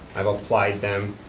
i've applied them,